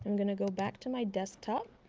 um gonna go back to my desktop